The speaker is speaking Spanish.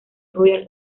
royal